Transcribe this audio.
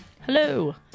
Hello